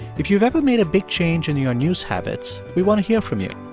if you've ever made a big change in your news habits, we want to hear from you.